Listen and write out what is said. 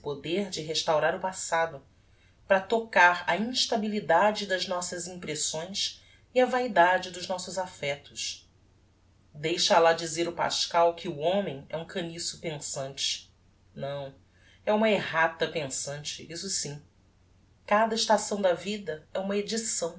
de restaurar o passado para tocar a instabilidade das nossas impressões e a vaidade dos nossos affectos deixa lá dizer o pascal que o homem é um caniço pensante não é uma errata pensante isso sim cada estação da vida é uma edição